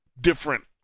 different